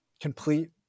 complete